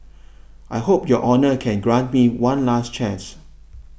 I hope your honour can grant me one last chance